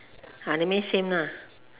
ah] that means same lah